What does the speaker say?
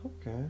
Okay